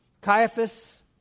Caiaphas